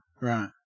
Right